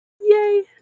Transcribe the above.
yay